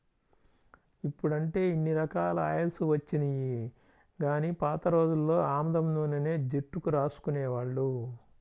ఇప్పుడంటే ఇన్ని రకాల ఆయిల్స్ వచ్చినియ్యి గానీ పాత రోజుల్లో ఆముదం నూనెనే జుట్టుకు రాసుకునేవాళ్ళు